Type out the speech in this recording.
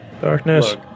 Darkness